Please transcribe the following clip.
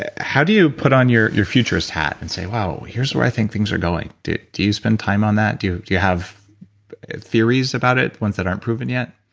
ah how do you put on your your future's hat and say well, here's where i think things are going, do you spend time on that? do you have theories about it, ones that aren't proven yet?